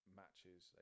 matches